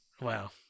Wow